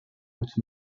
haute